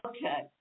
Okay